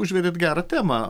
užvedėt gerą temą